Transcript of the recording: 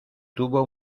tuvo